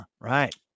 right